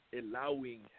Allowing